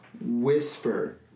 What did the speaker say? whisper